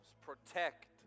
protect